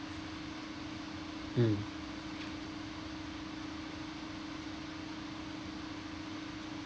mm